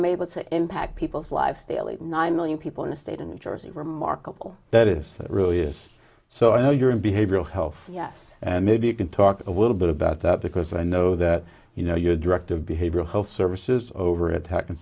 i'm able to impact people's lives daily nine million people in the state of new jersey remarkable that is really is so i know you're in behavioral health yes and maybe you can talk a little bit about that because i know that you know your director of behavioral health services over at hack